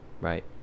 right